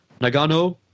Nagano